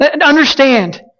Understand